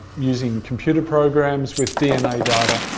using computer programs with dna data,